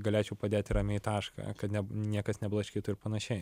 galėčiau padėti ramiai tašką kad niekas neblaškytų ir panašiai